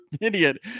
idiot